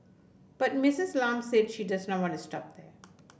but Misses Lam said she does not want to stop there